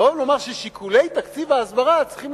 לבוא ולומר ששיקולי תקציב ההסברה צריכים